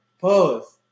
Pause